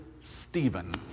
Stephen